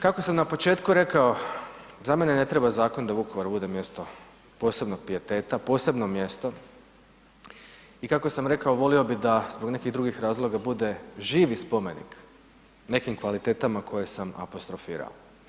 Kako sam na početku rekao, za mene ne treba zakon da Vukovar bude mjesto posebnog pijeteta, posebno mjesto i kako sam rekao volio bih da zbog nekih drugih razloga bude živi spomenik nekim kvalitetama koje sam apostrofirao.